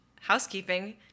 housekeeping